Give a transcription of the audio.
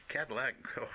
Cadillac